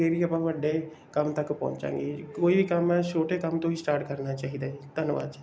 ਫਿਰ ਹੀ ਆਪਾਂ ਵੱਡੇ ਕੰਮ ਤੱਕ ਪਹੁੰਚਾਂਗੇ ਕੋਈ ਵੀ ਕੰਮ ਹੈ ਛੋਟੇ ਕੰਮ ਤੋਂ ਹੀ ਸਟਾਰਟ ਕਰਨਾ ਚਾਹੀਦਾ ਹੈ ਧੰਨਵਾਦ ਜੀ